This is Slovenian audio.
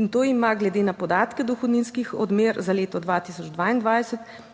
In to ima, glede na podatke dohodninskih odmer za leto 2022,